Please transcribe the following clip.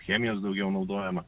chemijos daugiau naudojama